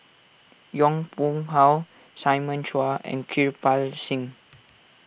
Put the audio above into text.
Yong Pung How Simon Chua and Kirpal Singh